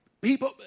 people